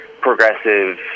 progressive